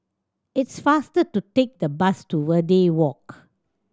it's faster to take the bus to Verde Walk